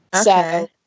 Okay